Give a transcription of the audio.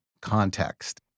context